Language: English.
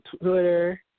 Twitter